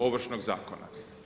Ovršnog zakona.